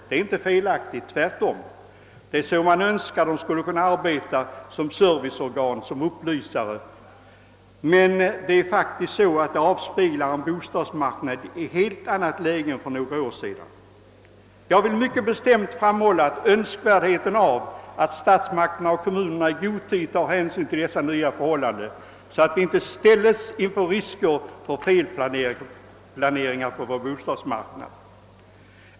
Det är ingenting felaktigt — tvärtom; man önskar att bostadsförmedlingarna på detta sätt skall kunna arbeta mera som serviceorgan och lämna upplysningar. Detta avspeglar emellertid ett helt annat läge på bostadsmarknaden än för några år sedan. Jag vill mycket bestämt framhålla önskvärdheten av att statsmakterna och kommunerna i god tid tar hänsyn till dessa nya förhållanden, så att vi inte ställs inför risker av felplaneringar på vår bostadsmarknad.